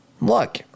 look